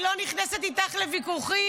אני לא נכנסת איתך לוויכוחים.